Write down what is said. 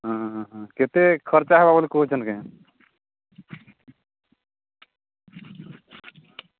ହଁ ହଁ କେତେ ଖର୍ଚ୍ଚ ହେବ ବୋଲି କହୁଛନ୍ତି କି